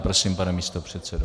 Prosím, pane místopředsedo.